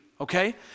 okay